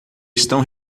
estão